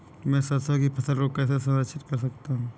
मैं सरसों की फसल को कैसे संरक्षित कर सकता हूँ?